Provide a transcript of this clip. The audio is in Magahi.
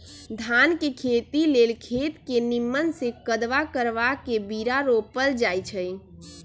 धान के खेती लेल खेत के निम्मन से कदबा करबा के बीरा रोपल जाई छइ